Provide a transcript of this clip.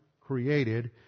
created